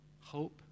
hope